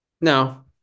No